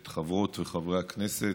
את חברות ואת חברי הכנסת,